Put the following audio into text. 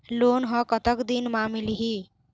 Loan ह कतक दिन मा मिलही?